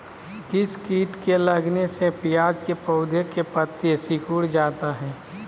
किस किट के लगने से प्याज के पौधे के पत्ते सिकुड़ जाता है?